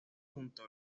junto